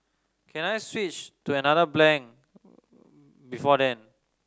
can I switch to another blank before then